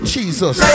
Jesus